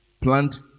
plant